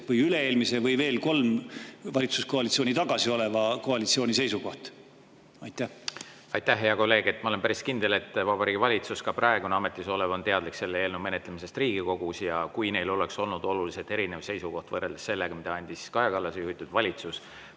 või üle-eelmise või veel kolm valitsuskoalitsiooni tagasi oleva [valitsuse] seisukoht? Aitäh, hea kolleeg! Ma olen päris kindel, et Vabariigi Valitsus, ka praegune, ametis olev, on teadlik selle eelnõu menetlemisest Riigikogus. Ja kui neil oleks olnud oluliselt erinev seisukoht võrreldes sellega, mille andis Kaja Kallase juhitud valitsus,